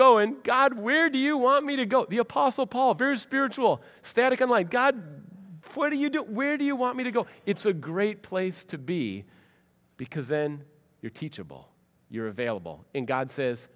go in god where do you want me to go the apostle paul very spiritual steadicam like god what do you do where do you want me to go it's a great place to be because then you're teachable you're available and god says